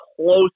close